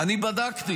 אני בדקתי,